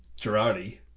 Girardi